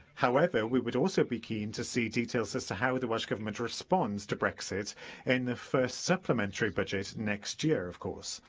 however, we would also be keen to see details as to how the welsh government responds to brexit in the first supplementary budget next year, of course.